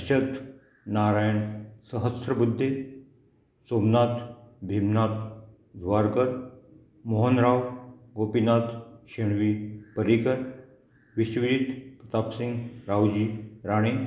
Arshat Narayan Sahasrabuddhe Somnath Bhimnath Dwarkar Mohan Rao Gopinath Shenvi Parrikar Vishwajit Pratapsingh Raoji Rane